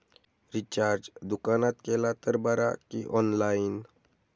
Recharge दुकानात केला तर बरा की ऑनलाइन?